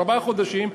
ארבעה חודשים,